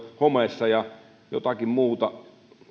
homeessa ja jotakin muuta